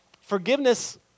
forgiveness